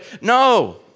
no